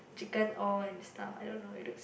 chicken all and stuff I don't know it looks